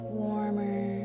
warmer